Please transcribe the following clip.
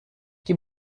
die